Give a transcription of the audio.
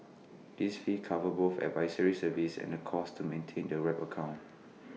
this fee covers both advisory services and the costs to maintain the wrap account